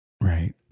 Right